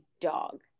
dog